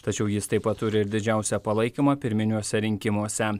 tačiau jis taip pat turi ir didžiausią palaikymą pirminiuose rinkimuose